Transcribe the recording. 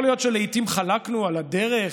יכול להיות שלעיתים חלקנו על הדרך,